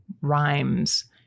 rhymes